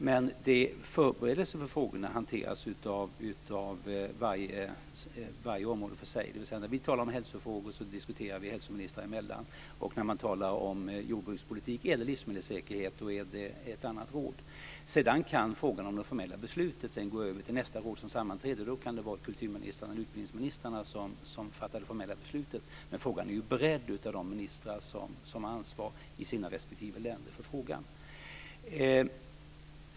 Men förberedelserna av frågorna hanteras av varje område för sig, dvs. att hälsofrågor diskuteras av oss hälsoministrar emellan, och när man talar om jordbrukspolitik eller livsmedelssäkerhet diskuteras detta av ett annat råd. Sedan kan frågan om det formella beslutet gå över till nästa råd som sammanträder, och då kan det vara kulturministrarna eller utbildningsministrarna som fattar det formella beslutet. Men frågan är ju beredd av de ministrar som har ansvar för frågan i sina respektive länder.